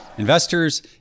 Investors